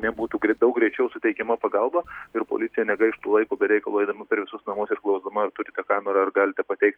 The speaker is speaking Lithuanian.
nebūtų daug greičiau suteikiama pagalba ir policija negaištų laiko be reikalo eidama per visus namus ir klausdama ar turite kamerą ar galite pateikti